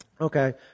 Okay